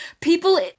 people